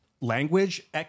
language